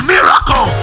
miracle